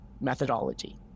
methodology